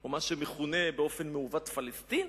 או מה שמכונה באופן מעוות פלסטין.